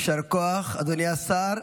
יישר כוח, אדוני השר.